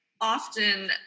often